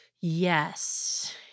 Yes